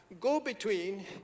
go-between